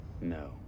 no